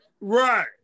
Right